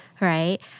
Right